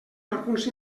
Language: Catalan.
alguns